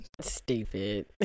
Stupid